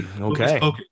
Okay